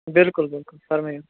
بِلکُل بِلکُل فرمٲیو